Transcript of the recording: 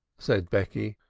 said becky.